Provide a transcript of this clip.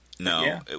No